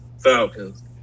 Falcons